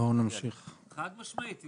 חד משמעית.